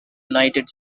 united